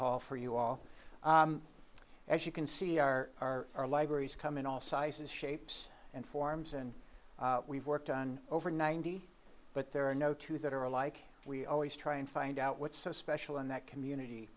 hall for you all as you can see are our libraries come in all sizes shapes and forms and we've worked on over ninety but there are no two that are alike we always try and find out what's so special in that community